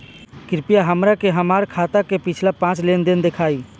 कृपया हमरा के हमार खाता के पिछला पांच लेनदेन देखाईं